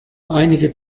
einige